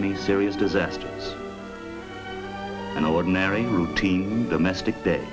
any serious disaster an ordinary routine domestic